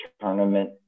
tournament